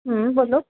ਹੂੰ ਬੋਲੋ